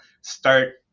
start